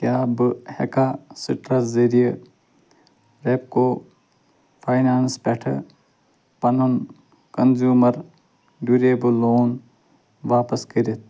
کیٛاہ بہٕ ہٮ۪کھا سِٹرس ذٔریعہِ ریٚپکو فاینانٕس پٮ۪ٹھٕ پَنُن کنٛزیٛوٗمر ڈیٛوٗریبُل لون واپس کٔرِتھ